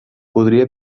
podria